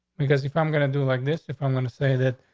because if i'm going to do like this, if i'm going to say that,